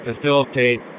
facilitate